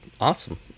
Awesome